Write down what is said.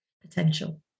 potential